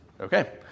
Okay